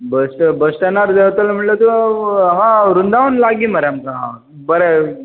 बस स्ट बस स्टॅणार देंवतलो म्हणल्यार तूं हांगा वृंदावन लागीं मरे आमकां बरें